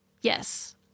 Yes